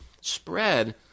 spread